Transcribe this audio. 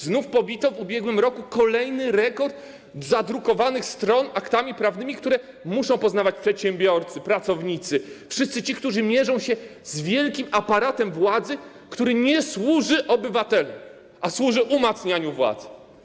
Znów w ubiegłym roku pobito kolejny rekord stron zadrukowanych aktami prawnymi, które muszą poznawać przedsiębiorcy, pracownicy, wszyscy ci, którzy mierzą się z wielkim aparatem władzy, który nie służy obywatelom, ale służy umacnianiu władzy.